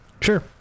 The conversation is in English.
Sure